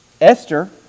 Esther